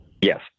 Yes